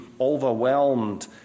overwhelmed